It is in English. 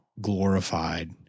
glorified